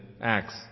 acts